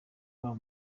bampa